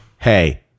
hey